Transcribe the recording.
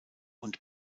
und